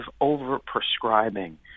over-prescribing